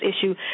issue